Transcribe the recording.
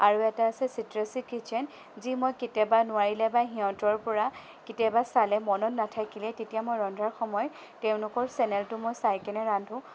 আৰু এটা আছে চিত্ৰাচি কিটছেন যি মই কেতিয়াবা নোৱাৰিলে বা সিহঁতৰ পৰা কেতিয়াবা চালে মনত নাথাকিলে তেতিয়া মই ৰন্ধাৰ সময়ত তেওঁলোকৰ চেনেলটো মই চাইকিনে ৰান্ধোঁ